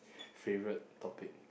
favorite topic